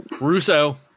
Russo